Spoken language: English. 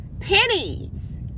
pennies